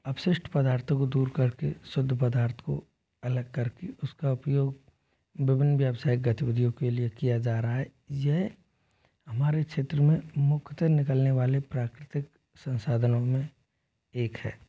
अपशिष्ट पदार्थों को दूर कर के शुद्ध पदार्थ को अलग कर के उसका उपयोग विभिन्न व्यवसायिक गतिविधियों के लिए किया जा रहा है यह हमारे छेत्र में मुख्यतः निकलने वाले प्राकृतिक संसाधनों में एक है